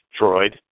droid